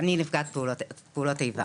אני נפגעת פעולות איבה.